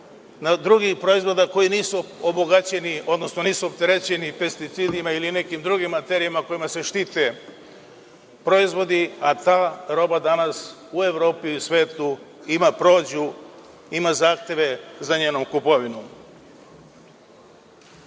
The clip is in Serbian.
drugih proizvoda koji nisu obogaćeni, odnosno nisu opterećeni pesticidima ili nekim drugim materijama kojima se štite proizvodi, a ta roba danas u Evropi i u svetu ima prođu, ima zahteve za njenom